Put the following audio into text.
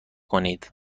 کنید